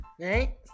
Right